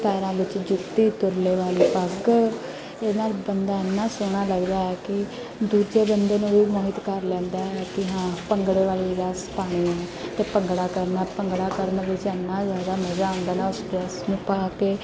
ਪੈਰਾਂ ਵਿੱਚ ਜੁੱਤੀ ਤੁਰਲੇ ਵਾਲੀ ਪੱਗ ਇਹਦੇ ਨਾਲ ਬੰਦਾ ਇੰਨਾਂ ਸੋਹਣਾ ਲੱਗਦਾ ਹੈ ਕਿ ਦੂਜੇ ਬੰਦੇ ਨੂੰ ਵੀ ਮੋਹਿਤ ਕਰ ਲੈਂਦਾ ਹੈ ਪੀ ਹਾਂ ਭੰਗੜੇ ਵਾਲੀ ਡਰੈੱਸ ਪਾਉਣੀ ਹੈ ਅਤੇ ਭੰਗੜਾ ਕਰਨਾ ਭੰਗੜਾ ਕਰਨ ਵਿੱਚ ਇੰਨਾਂ ਜ਼ਿਆਦਾ ਮਜ਼ਾ ਆਉਂਦਾ ਨਾ ਉਸ ਡਰੈੱਸ ਨੂੰ ਪਾ ਕੇ